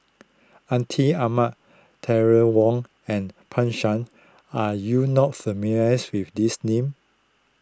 Atin Amat Terry Wong and Pan Shou are you not familiar with these names